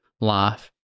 life